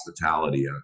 hospitality